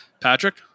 Patrick